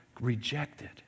rejected